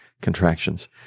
contractions